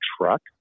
truck